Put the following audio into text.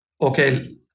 Okay